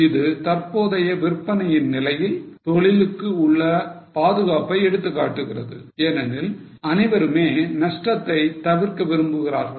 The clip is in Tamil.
இது தற்போதைய விற்பனையின் நிலையில் தொழிலுக்கு உள்ள பாதுகாப்பை எடுத்துக்காட்டுகிறது ஏனெனில் அனைவருமே நஷ்டத்தை தவிர்க்க விரும்புகிறார்கள்